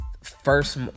first